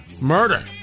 murder